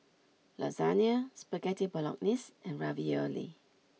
Lasagna Spaghetti Bolognese and Ravioli